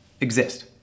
exist